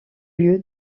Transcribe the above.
lieu